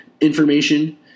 information